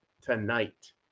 tonight